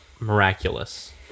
Miraculous